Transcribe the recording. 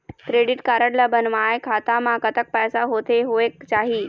Credit card ला बनवाए खाता मा कतक पैसा होथे होएक चाही?